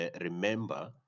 remember